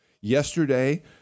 yesterday